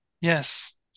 yes